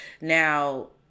Now